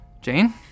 Jane